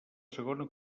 segona